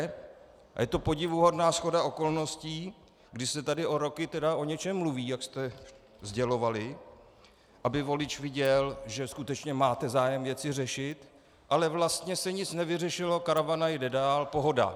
A je to podivuhodná shoda okolností, když se tady roky o něčem mluví, jak jste sdělovali, aby volič viděl, že skutečně máte zájem věci řešit, ale vlastně se nic nevyřešilo, karavana jde dál, pohoda.